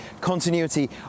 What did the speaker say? continuity